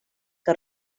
que